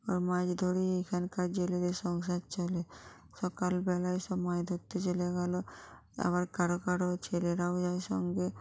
আর মাছ ধরেই এখানকার জেলেদের সংসার চলে সকালবেলায় সব মাছ ধরতে চলে গেলো আবার কারো কারো ছেলেরাও যায় সঙ্গে